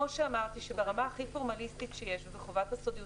כמו שאמרתי שברמה הכי פורמליסטית שיש בחובת הסודיות